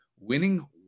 Winning